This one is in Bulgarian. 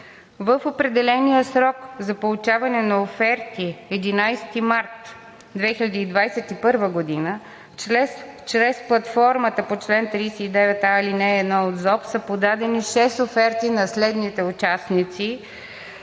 в опредения срок за получаване на оферти – 11 март 2021 г. чрез платформата по чл. 39а, ал. 1 от ЗОП са подадени шест оферти на следните участници: